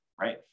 right